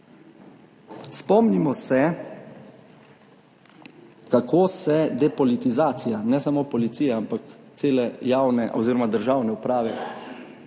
Spomnimo se, kako se depolitizacija ne samo policija, ampak cele javne oziroma državne uprave